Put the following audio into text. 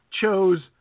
chose